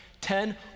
ten